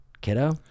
Kiddo